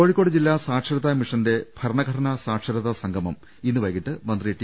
കോഴിക്കോട് ജില്ലാ സാക്ഷരതാമിഷന്റെ ഭരണഘടനാ സാക്ഷരതാ സംഗമം ഇന്ന് വൈകീട്ട് മന്ത്രി ടി